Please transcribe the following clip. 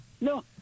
No